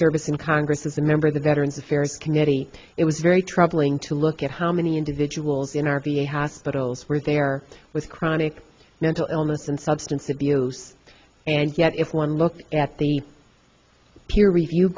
service in congress as a member of the veterans affairs committee it was very troubling to look at how many individuals in our v a hospitals were there with chronic mental illness and substance abuse and yet if one looks at the peer review